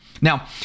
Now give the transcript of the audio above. Now